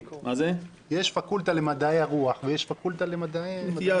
יש פקולטה למדעי הרוח ויש פקולטה למדעי --- הנטייה